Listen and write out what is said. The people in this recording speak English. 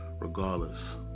regardless